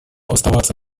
оставаться